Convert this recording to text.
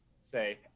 say